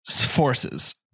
forces